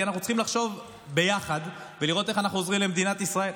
כי אנחנו צריכים לחשוב ביחד ולראות איך אנחנו עוזרים למדינת ישראל.